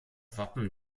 wappen